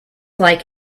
like